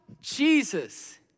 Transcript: Jesus